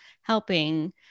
helping